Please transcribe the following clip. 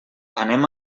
anem